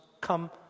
come